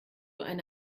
eine